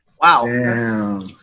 Wow